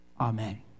Amen